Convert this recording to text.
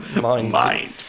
Mind